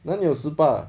那里有十八